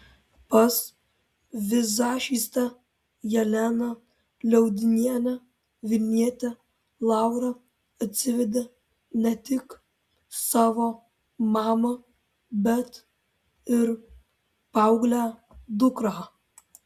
pas vizažistę jeleną liaudinienę vilnietė laura atsivedė ne tik savo mamą bet ir paauglę dukrą